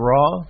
Raw